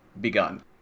begun